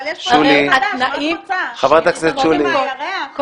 אבל יש פה סעיף חדש, מה את רוצה, שיביאו מהירח?